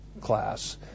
class